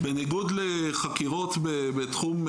בניגוד לחקירות בתחום,